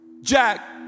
Jack